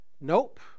Nope